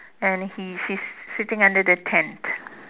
and he she's sitting under the tent